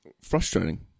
Frustrating